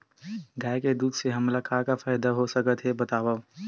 गाय के दूध से हमला का का फ़ायदा हो सकत हे बतावव?